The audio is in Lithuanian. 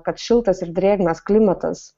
kad šiltas ir drėgnas klimatas